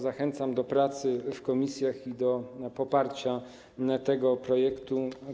Zachęcam do pracy w komisjach i do poparcia tego projektu.